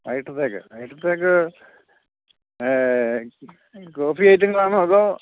വൈകിട്ടത്തേക്കാ വൈകിട്ടത്തേക്ക് കോഫീ ഐറ്റങ്ങളാണോ അതോ